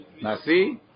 Nasi